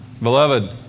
Beloved